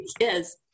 Yes